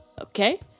Okay